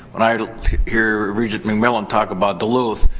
when i hear regent mcmillan talk about duluth,